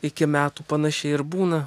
iki metų panašiai ir būna